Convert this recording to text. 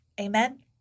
Amen